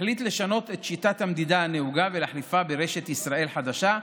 החליט לשנות את שיטת המדידה הנהוגה ולהחליפה ברשת ישראל החדשה,